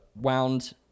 wound